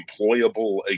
employable